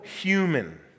human